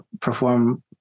perform